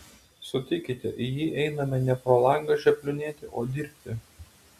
sutikite į jį einame ne pro langą žioplinėti o dirbti